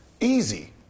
Easy